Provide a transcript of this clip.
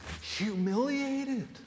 humiliated